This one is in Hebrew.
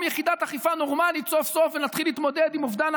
יחידת אכיפה נורמלית סוף-סוף ונתחיל להתמודד עם אובדן